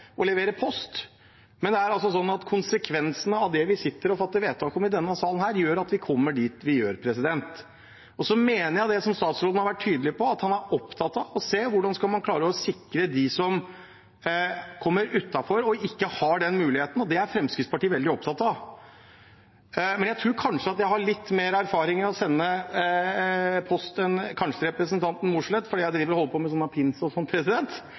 og levere post. Men det er altså slik at konsekvensene av det vi sitter og fatter vedtak om i denne salen, gjør at vi kommer dit vi gjør. Statsråden er opptatt av å se på hvordan man skal klare å sikre dem som kommer utenfor og ikke har den muligheten, og det er også Fremskrittspartiet veldig opptatt av. Jeg tror kanskje jeg har litt mer erfaring med å sende post enn representanten Mossleth, fordi jeg samler på